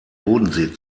bodensee